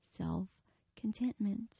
self-contentment